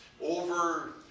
over